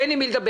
אין עם מי לדבר.